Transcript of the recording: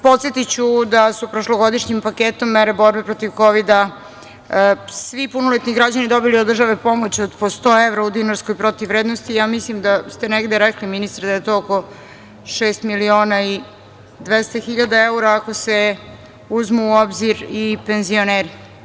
Podsetiću da su prošlogodišnjim paketom mera borbe protiv kovida svi punoletni građani dobili od države pomoć od po 100 evra u dinarskoj protivvrednosti, ja mislim da ste negde rekli, ministre, da je to oko šest miliona i 200 hiljada evra, ako se uzmu u obzir i penzioneri.